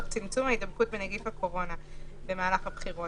תוך צמצום ההידבקות בנגיף הקורונה בקרב הציבור